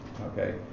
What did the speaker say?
okay